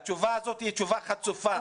התשובה הזאת היא תשובה חצופה.